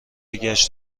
گشت